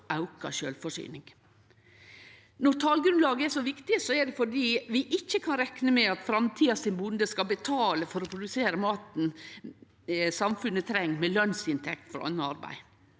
for auka sjølvforsyning. Når talgrunnlaget er så viktig, er det fordi vi ikkje kan rekne med at bonden i framtida skal betale for å produsere maten samfunnet treng, med lønsinntekt frå anna arbeid.